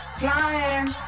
flying